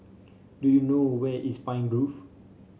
do you know where is Pine Grove